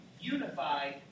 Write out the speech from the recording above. unified